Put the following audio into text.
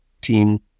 team